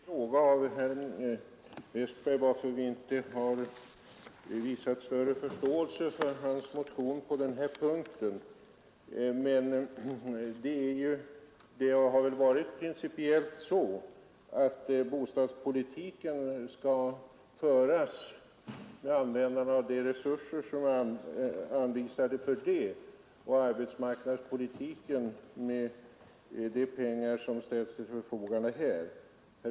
Herr talman! Jag har fått en direkt fråga av herr Westberg i Ljusdal varför vi inte har visat större förståelse för hans motion på denna punkt. Men det har ju principiellt varit så att bostadspolitiken skall föras med användande av de resurser som är anvisade för det ändamålet och arbetsmarknadspolitiken med de pengar som ställts till förfogande för den.